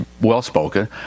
well-spoken